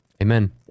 Amen